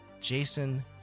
Jason